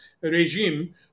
regime